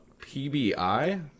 PBI